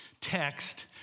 text